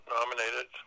nominated